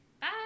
bye